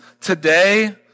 today